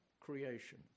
creation